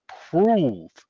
prove